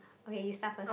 okay you start first